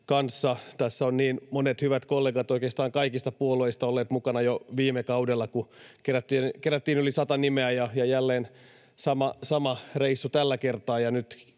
Tässä ovat niin monet hyvät kollegat oikeastaan kaikista puolueista olleet mukana jo viime kaudella, kun kerättiin yli 100 nimeä, ja jälleen sama reissu tällä kertaa,